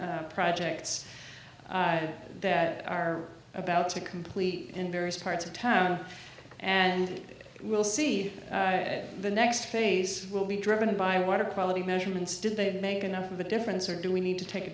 mining projects that are about to complete in various parts of town and we'll see the next phase will be driven by water quality measurements did they make enough of a difference or do we need to take a